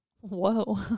Whoa